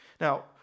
Now